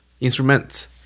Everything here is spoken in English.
instruments